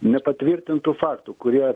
nepatvirtintų faktų kurie